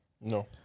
No